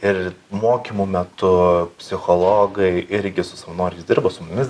ir mokymų metu psichologai irgi su savanoriais dirbo su mumis